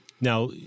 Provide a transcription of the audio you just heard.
Now